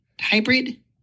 hybrid